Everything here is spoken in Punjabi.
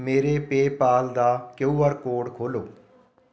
ਮੇਰੇ ਪੇਪਾਲ ਦਾ ਕੀਯੂ ਆਰ ਕੋਡ ਖੋਲੋ